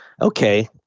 okay